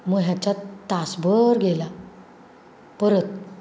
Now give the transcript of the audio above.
मग ह्याच्यात तासभर गेला परत